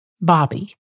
Bobby